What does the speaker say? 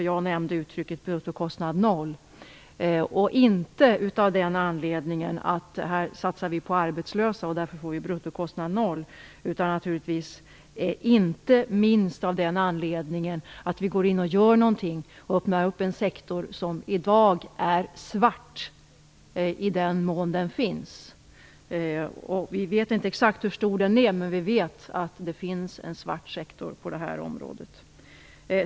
Jag nämnde uttrycket bruttokostnad noll. Det är inte av den anledningen att vi genom att satsa på arbetslösa får bruttokostnaden noll, utan det är inte minst av den anledningen att vi går in och gör någonting. Vi vill öppna en sektor som i dag är svart i den mån den finns. Vi vet inte exakt hur stor den är, men vi vet att det finns en svart sektor på det här området.